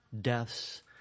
deaths